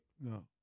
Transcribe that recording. No